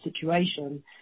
situation